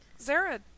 Zara